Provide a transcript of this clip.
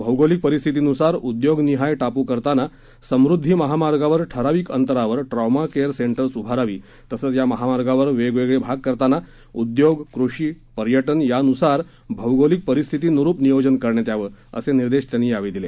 भौगोलिक परिस्थितीनुसार उद्योगनिहाय टापू करताना समृद्धी महामार्गावर ठराविक अंतरावर ट्रॉमा केअर सेंटर्स उभारावी तसच या महामार्गावर वेगवेगळे भाग करताना उद्योग कृषी पर्यटन यानुसार भौगोलिक परिस्थितीनुरूप नियोजन करावं असे निर्देश त्यांनी यावेळी दिले